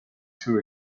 two